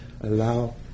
allow